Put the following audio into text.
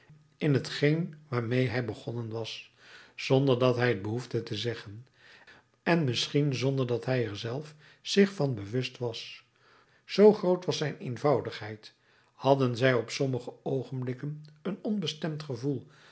in t geen waarmee hij begonnen was zonder dat hij t behoefde te zeggen en misschien zonder dat hij zelf er zich van bewust was zoo groot was zijn eenvoudigheid hadden zij op sommige oogenblikken een onbestemd gevoel